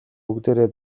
бүгдээрээ